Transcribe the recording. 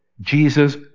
Jesus